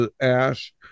ash